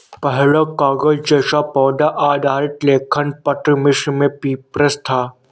पहला कागज़ जैसा पौधा आधारित लेखन पत्र मिस्र में पपीरस था